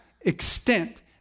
extent